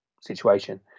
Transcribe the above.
situation